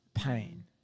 Pain